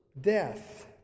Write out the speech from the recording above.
death